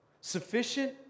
Sufficient